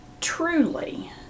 truly